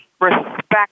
respect